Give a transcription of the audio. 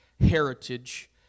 heritage